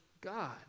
God